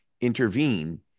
intervene